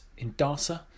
InDARSA